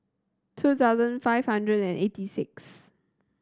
two thousand five hundred and eighty sixth